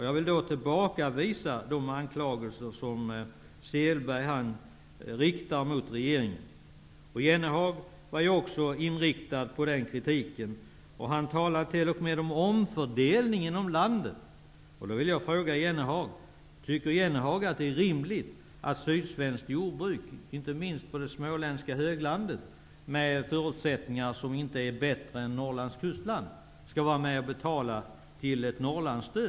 Jag vill tillbakavisa de anklagelser som Åke Selberg riktar mot regeringen. Också Jan Jennehag var kritisk på den punkten. Han talar t.o.m. om en omfördelning inom landet. Jag vill då fråga: Tycker Jan Jennehag att det är rimligt att sydsvenskt jordbruk, inte minst jordbruket på det småländska höglandet, med förutsättningar som inte är bättre än de i Norrlands kustland, skall vara med och betala till ett Norrlandsstöd?